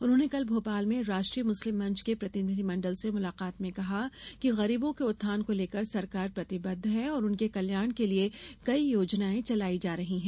उन्होंने कल भोपाल में राष्ट्रीय मुस्लिम मंच के प्रतिनिधि मंडल से मुलाकात में कहा कि गरीबों के उत्थान को लेकर सरकार प्रतिबद्ध है और उनके कल्याण के लिए कई योजनाएं चलाई जा रही है